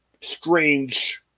strange –